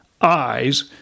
eyes